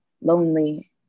lonely